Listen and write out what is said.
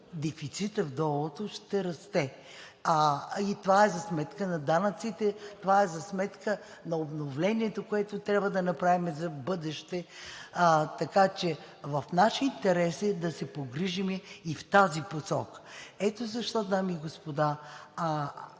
дефицитът в ДОО-о ще расте. Това е за сметка на данъците, това е за сметка на обновлението, което трябва да направим за в бъдеще, така че в наш интерес е да се погрижим и в тази посока. Ето защо, дами и господа,